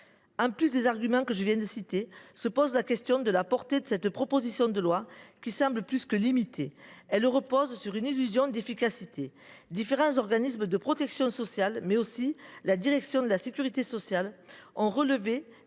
Au delà des arguments que je viens d’évoquer se pose la question de la portée de cette proposition de loi, qui semble plus que limitée. Elle repose sur une illusion d’efficacité. Différents organismes de protection sociale, mais aussi la direction de la sécurité sociale, ont relevé